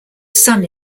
son